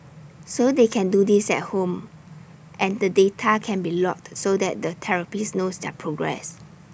so they can do this at home and the data can be logged so that the therapist knows their progress